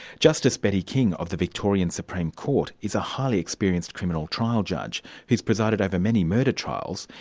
justice betty king of the victorian supreme court is a highly experienced criminal trial judge who's presided over many murder trials,